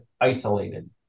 isolated